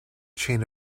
chain